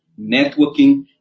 networking